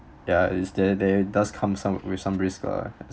ya is there they does come some with some risk lah